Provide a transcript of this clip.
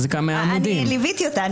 ליוויתי אותה.